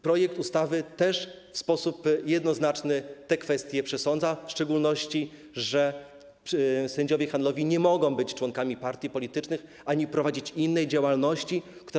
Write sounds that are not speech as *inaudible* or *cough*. Projekt ustawy też w sposób jednoznaczny te kwestie przesądza, w szczególności że sędziowie handlowi nie mogą być członkami partii politycznych ani prowadzić innej działalności, *noise* której.